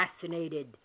fascinated